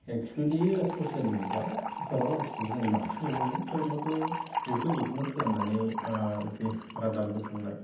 एक्सुलि ससेल मेदिया फोराव आथिखालाव जों बांसिन नुनो मोनो थेवब्लाबो बेखौ इगनर खालामनानै जि रादाब बुथुमनाय